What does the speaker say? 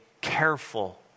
careful